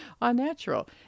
unnatural